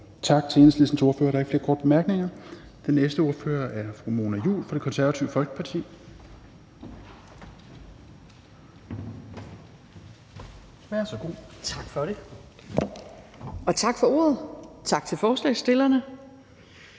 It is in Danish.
Tak til Enhedslistens ordfører. Der er ikke flere korte bemærkninger. Den næste ordfører er fru Mona Juul fra Det Konservative Folkeparti. Værsgo. Kl. 17:50 (Ordfører) Mona Juul (KF): Tak for ordet, og tak til forslagsstillerne.